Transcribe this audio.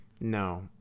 No